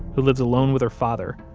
who lives alone with her father,